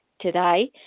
today